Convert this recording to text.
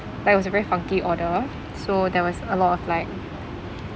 like it was a very funky order so there was a lot of like